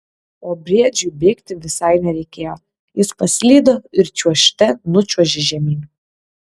o briedžiui bėgti visai nereikėjo jis paslydo ir čiuožte nučiuožė žemyn